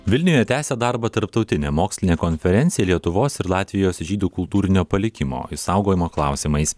vilniuje tęsia darbą tarptautinė mokslinė konferencija lietuvos ir latvijos žydų kultūrinio palikimo išsaugojimo klausimais